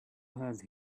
have